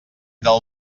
del